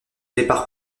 départ